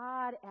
God